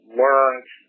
learned